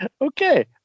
okay